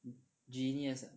genius uh